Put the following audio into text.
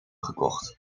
gekocht